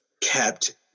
kept